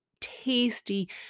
tasty